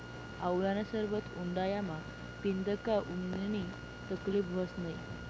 आवळानं सरबत उंडायामा पीदं का उननी तकलीब व्हस नै